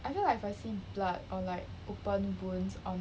I feel like if I see blood on like open wounds on